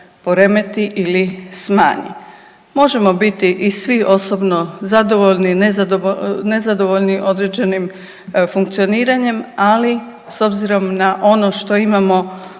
poremeti ili smanji. Možemo biti i svi osobno zadovoljni i nezadovoljni određenim funkcioniranjem ali s obzirom na ono što imamo